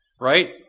right